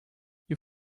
you